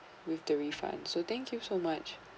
with the refund so thank you so much